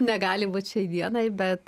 negali būti šiai dienai bet